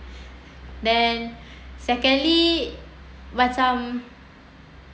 then secondly macam